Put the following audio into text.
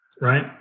Right